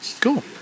cool